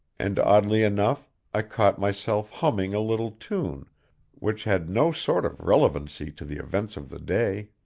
and oddly enough i caught myself humming a little tune which had no sort of relevancy to the events of the day.